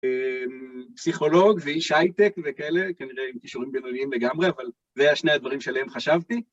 אמממ.. פסיכולוג ואיש הייטק וכאלה, כנראה עם קישורים בינוניים לגמרי, אבל זה השני הדברים שלהם חשבתי.